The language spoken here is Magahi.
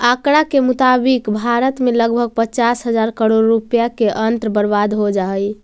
आँकड़ा के मुताबिक भारत में लगभग पचास हजार करोड़ रुपया के अन्न बर्बाद हो जा हइ